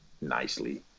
nicely